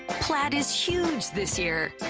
plaid is huge this year.